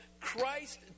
Christ